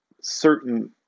certain